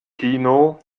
kino